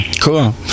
Cool